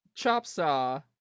Chopsaw